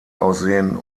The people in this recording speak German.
aussehen